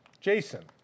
Jason